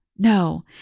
No